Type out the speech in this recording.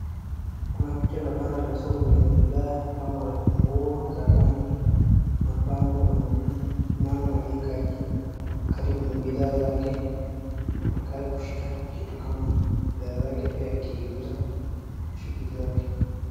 Kuna picha la bana la soko lenye bidhaa kama nguo za rangi, mapambo na mtu, mama aliyekaa chini karibu na bidhaa zake anakaa kushika kitu kama bidhaa zake pia akiiuza na shughuli zake.